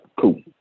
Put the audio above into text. Cool